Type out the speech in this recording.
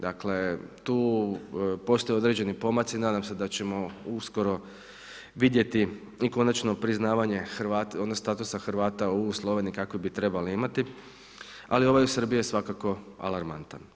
Dakle, tu postoje određeni pomaci, nadam se da ćemo uskoro vidjeti i konačno priznavanje statusa Hrvata u Sloveniji kakve bi trebali imati, ali ovaj u Srbiji je svakako alarmantan.